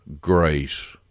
grace